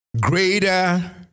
greater